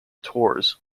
tours